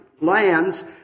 lands